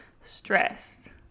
stressed